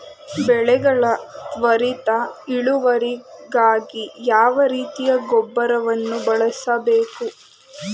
ಬೆಳೆಗಳ ತ್ವರಿತ ಇಳುವರಿಗಾಗಿ ಯಾವ ರೀತಿಯ ಗೊಬ್ಬರವನ್ನು ಬಳಸಬೇಕು?